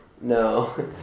No